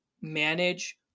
manage